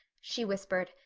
she whispered,